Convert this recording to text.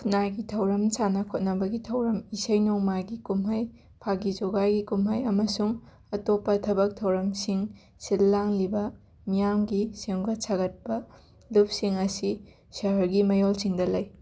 ꯈꯨꯟꯅꯥꯏꯒꯤ ꯊꯧꯔꯝ ꯁꯥꯟꯅ ꯈꯣꯠꯅꯕꯒꯤ ꯊꯧꯔꯝ ꯏꯁꯩ ꯅꯣꯡꯃꯥꯏꯒꯤ ꯀꯨꯝꯍꯩ ꯐꯥꯒꯤ ꯖꯣꯒꯥꯏꯒꯤ ꯀꯨꯝꯍꯩ ꯑꯃꯁꯨꯡ ꯑꯇꯣꯞꯄ ꯊꯕꯛ ꯊꯧꯔꯝꯁꯤꯡ ꯁꯤꯜ ꯂꯥꯡꯂꯤꯕ ꯃꯤꯌꯥꯝꯒꯤ ꯁꯦꯝꯒꯠ ꯁꯥꯒꯠꯄ ꯂꯨꯞꯁꯤꯡ ꯑꯁꯤ ꯁꯍꯔꯒꯤ ꯃꯌꯣꯜꯁꯤꯡꯗ ꯂꯩ